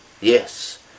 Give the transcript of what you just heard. yes